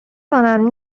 کنم